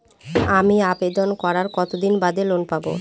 আমি আবেদন করার কতদিন বাদে লোন পাব?